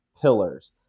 pillars